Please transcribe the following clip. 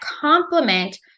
complement